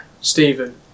Stephen